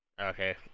Okay